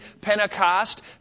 Pentecost